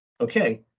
Okay